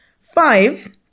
Five